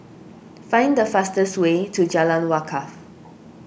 find the fastest way to Jalan Wakaff